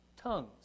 tongues